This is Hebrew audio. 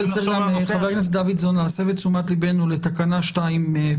חבר הכנסת דוידסון מסב את תשומת לבנו לתקנה 2(ב)